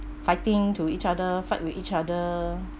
fighting to each other fight with each other